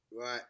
right